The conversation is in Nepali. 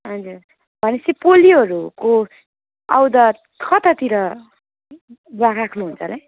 हजुर भनेपछि पोलियोहरूको अवदत कतातिर राख्नुहुन्छ अरे